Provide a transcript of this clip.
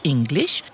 English